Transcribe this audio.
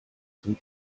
zum